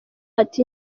ati